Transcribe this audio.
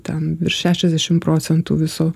ten virš šešiasdešimt procentų viso